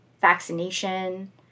vaccination